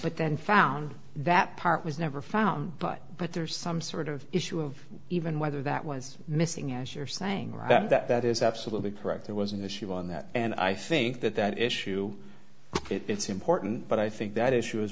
but then found that part was never found but but there is some sort of issue of even whether that was missing as you're saying right that that is absolutely correct there was an issue on that and i think that that issue it's important but i think that issue is